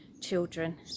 children